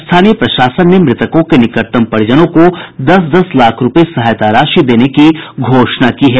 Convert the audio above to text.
स्थानीय प्रशासन ने मृतकों के निकटतम परिजनों को दस दस लाख रूपये सहायता राशि देने की घोषणा की है